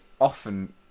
often